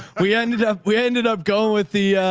we ended up, we ended up going with the,